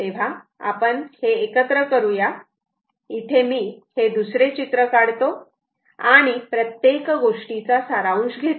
तेव्हा आपण एकत्र करूया इथे मी दुसरे चित्र काढतो आणि प्रत्येक गोष्टीचा सारांश घेतो